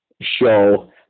show